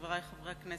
חברי חברי הכנסת,